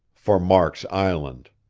for mark's island.